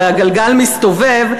הרי הגלגל מסתובב,